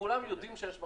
כולם יודעים שיש מחסור,